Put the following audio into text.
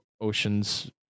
Oceans